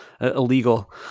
illegal